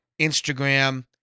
Instagram